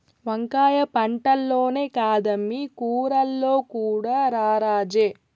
వంకాయ పంటల్లోనే కాదమ్మీ కూరల్లో కూడా రారాజే